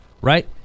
right